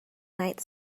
night